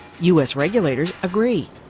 u s. regulators agree.